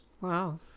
Wow